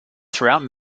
throughout